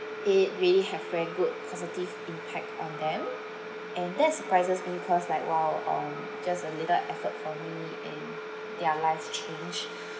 that really have very good positive impact on them and that's surprises me because like !wow! um just a little effort from me and their lives changed